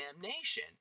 damnation